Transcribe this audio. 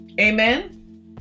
Amen